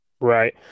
Right